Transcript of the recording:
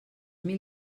mil